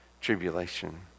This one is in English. tribulation